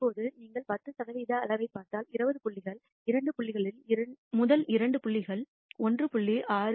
இப்போது நீங்கள் 10 சதவிகித அளவைப் பார்த்தால் 20 புள்ளிகளில் இரண்டு புள்ளிகளில் முதல் இரண்டு புள்ளிகள் 1